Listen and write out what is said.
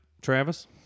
Travis